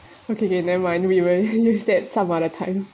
okay okay never mind we will use that some other time